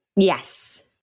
Yes